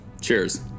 Cheers